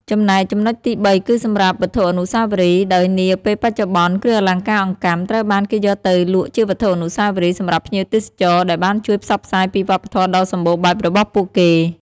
ចំណែក ចំណុចទីបី គឺសម្រាប់ វត្ថុអនុស្សាវរីយ៍ ដោយនាពេលបច្ចុប្បន្ន គ្រឿងអលង្ការអង្កាំត្រូវបានគេយកទៅលក់ជាវត្ថុអនុស្សាវរីយ៍សម្រាប់ភ្ញៀវទេសចរ ដែលបានជួយផ្សព្វផ្សាយពីវប្បធម៌ដ៏សម្បូរបែបរបស់ពួកគេ។